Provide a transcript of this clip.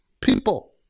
People